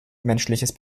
menschliches